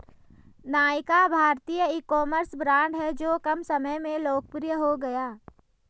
नायका भारतीय ecommerce brand हैं जो कम समय में लोकप्रिय हो गया